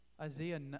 Isaiah